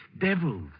devil's